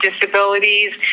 disabilities